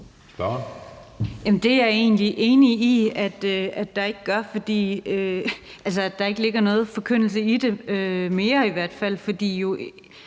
Det er jeg egentlig enig i at der ikke gør, altså ligger noget forkyndelse i det, mere i hvert fald. For